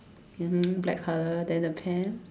mmhmm black color then the pants